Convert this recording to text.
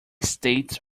states